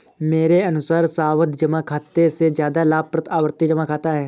मेरे अनुसार सावधि जमा खाते से ज्यादा लाभप्रद आवर्ती जमा खाता है